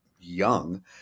young